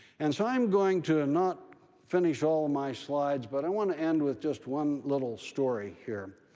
and so i'm going to not finish all my slides, but i want to end with just one little story here.